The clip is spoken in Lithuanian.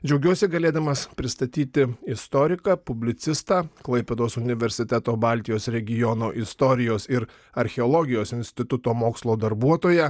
džiaugiuosi galėdamas pristatyti istoriką publicistą klaipėdos universiteto baltijos regiono istorijos ir archeologijos instituto mokslo darbuotoją